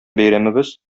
бәйрәмебез